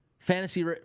Fantasy